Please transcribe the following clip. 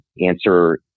answer